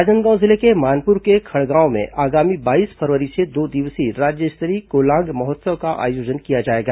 राजनांदगांव जिले के मानपुर के खड़गांव में आगामी बाईस फरवरी से दो दिवसीय राज्य स्तरीय कोलांग महोत्सव का आयोजन किया जाएगा